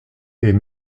est